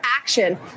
action